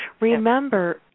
Remember